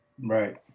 right